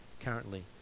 currently